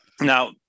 Now